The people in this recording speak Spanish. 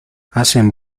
hacen